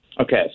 Okay